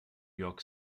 york